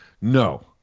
No